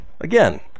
again